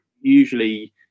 usually